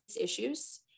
issues